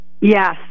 Yes